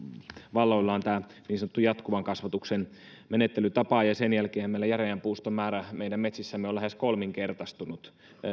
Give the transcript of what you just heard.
valloillaan tämä niin sanottu jatkuvan kasvatuksen menettelytapa ja sen jälkeen meillä järeän puuston määrä meidän metsissämme on lähes kolminkertaistunut